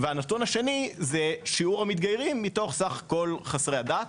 והנתון השני זה שיעור המתגיירים מתוך סך כל חסרי הדת,